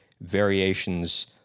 variations